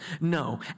No